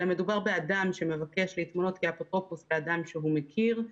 אלא מדובר באדם שמבקש להתמנות כאפוטרופוס לאדם שהוא מכיר,